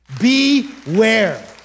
Beware